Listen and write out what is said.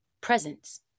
Presence